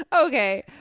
Okay